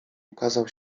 ukazał